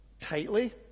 tightly